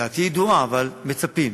דעתי ידועה, אבל מצפים.